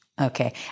Okay